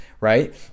right